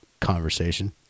conversation